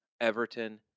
Everton